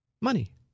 money